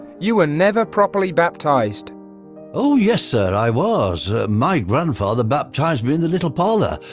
you were never properly baptized oh yes sir i was. my grandfather baptized me in the little parlor,